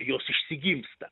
jos išsigimsta